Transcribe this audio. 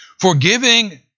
Forgiving